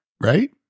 Right